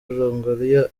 longoria